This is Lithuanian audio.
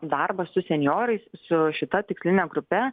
darbas su senjorais su šita tiksline grupe